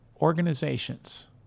organizations